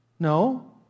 No